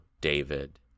David